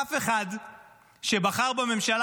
אף אחד שבחר בממשלה